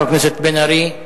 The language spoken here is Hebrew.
חבר הכנסת מיכאל בן-ארי.